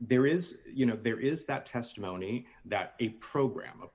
there is you know there is that testimony that a program a